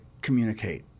communicate